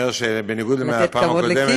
אני אומר שבניגוד לפעם הקודמת